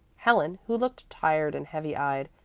helen, who looked tired and heavy-eyed,